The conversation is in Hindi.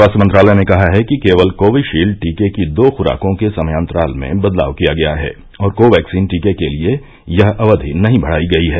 स्वास्थ्य मंत्रालय ने कहा है कि केवल कोविशील्ड टीके की दो खुराको के समयांतराल में बदलाव किया गया है और कोवैक्सीन टीके के लिए यह अवधि नहीं बढाई गई है